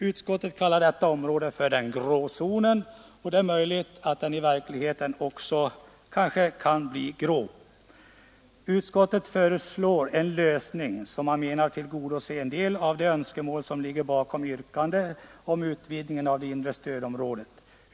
Utskottet kallar detta område för den grå zonen, och det är möjligt att den i verkligheten också blir grå. Utskottet föreslår en lösning som man menar tillgodoser en del av de önskemål som ligger bakom yrkandet om utvidgning av det inre stödområdet.